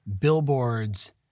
Billboards